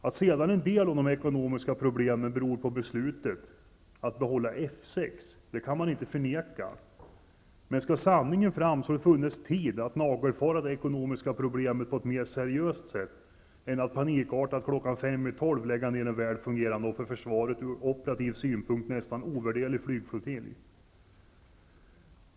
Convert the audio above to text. Att sedan en del av de ekonomiska problemen beror på beslutet att behålla F 6 kan man ej förneka, men om sanningen skall fram så har det funnits tid att nagelfara det ekonomiska problemet på ett mera seriöst sätt än att panikartat klockan fem i tolv lägga ner en väl fungerande och för försvaret från operativ synpunkt nästan ovärderlig flygflottilj.